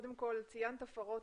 ציינת הפרות,